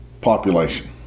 population